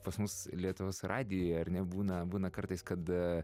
pas mus lietuvos radijuje ar ne būna būna kartais kad